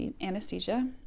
anesthesia